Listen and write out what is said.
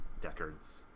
Deckard's